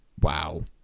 Wow